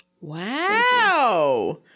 Wow